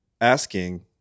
asking